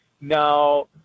Now